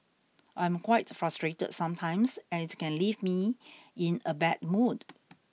I'm quite frustrated sometimes and it can leave me in a bad mood